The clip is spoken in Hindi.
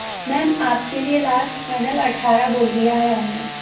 मैम आपके लिए लास्ट फाइनल अठ्ठारह बोल दिया है हमने